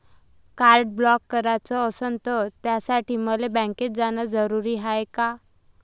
Card block कराच असनं त त्यासाठी मले बँकेत जानं जरुरी हाय का?